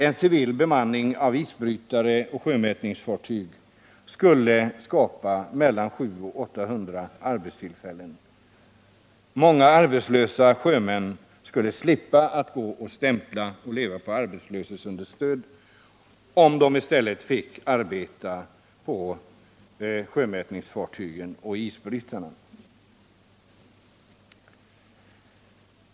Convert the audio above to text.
En civil bemanning av isbrytare och sjömätningsfartyg skulle skapa mellan 700 och 800 arbetstillfällen. Många arbetslösa sjömän skulle slippa gå och stämpla och slippa leva på arbetslöshetsunderstöd om de i stället fick arbeta på sjömätningsfartygen och isbrytarna.